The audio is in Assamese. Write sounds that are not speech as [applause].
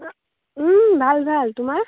[unintelligible] ভাল ভাল তোমাৰ